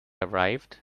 arrived